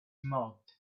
marked